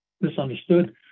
misunderstood